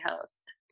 host